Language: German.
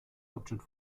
hauptstadt